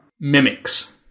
mimics